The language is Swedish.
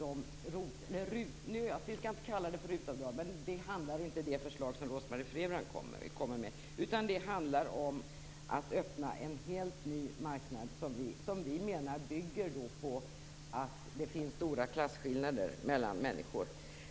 Om detta handlar inte det förslag som Rose-Marie Frebran för fram, utan det handlar om att öppna en helt ny marknad som vi menar bygger på att det finns stora klasskillnader mellan människor.